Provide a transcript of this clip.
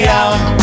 out